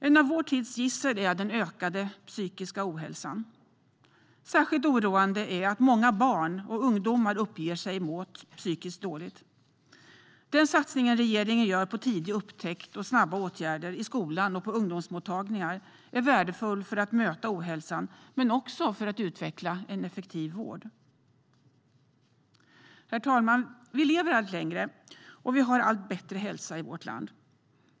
Ett av vår tids gissel är den ökade psykiska ohälsan. Särskilt oroande är att många barn och ungdomar uppger sig må psykiskt dåligt. Den satsning som regeringen gör på tidig upptäckt och snabba åtgärder i skolan och på ungdomsmottagningar är värdefull för att möta ohälsan men också för att utveckla en effektiv vård. Herr talman! Vi lever allt längre, och vi har allt bättre hälsa i vårt land.